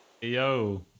Yo